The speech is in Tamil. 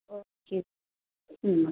ஓகே ம் ஓகே